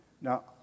Now